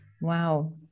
wow